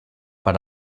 per